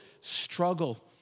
struggle